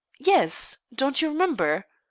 yes don't you remember?